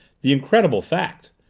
the incredible fact.